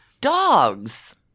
dogs